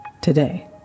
today